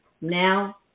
now